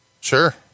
Sure